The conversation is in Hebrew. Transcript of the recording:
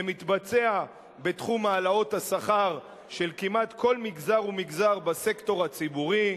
זה מתבצע בתחום העלאות השכר של כמעט כל מגזר ומגזר בסקטור הציבורי,